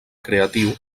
creatiu